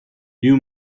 you